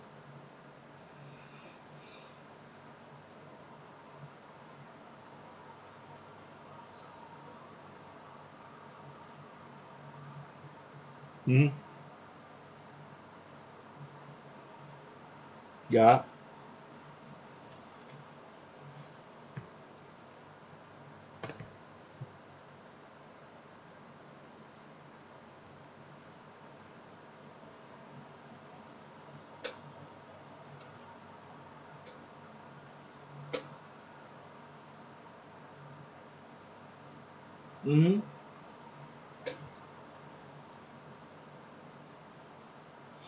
mmhmm ya mmhmm